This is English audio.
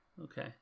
Okay